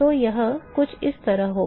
तो यह कुछ इस तरह होगा